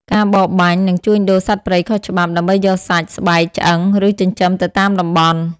ការបរបាញ់ និងជួញដូរសត្វព្រៃខុសច្បាប់ ដើម្បីយកសាច់ ស្បែក ឆ្អឹង ឬចិញ្ចឹមទៅតាមតំបន់។